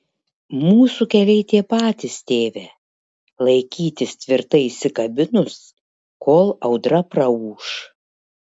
mūsų keliai tie patys tėve laikytis tvirtai įsikabinus kol audra praūš